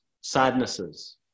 sadnesses